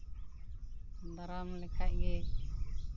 ᱫᱟᱨᱟᱢ ᱞᱮᱠᱷᱟᱡ ᱜᱮ